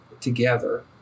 together